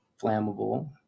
flammable